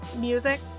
music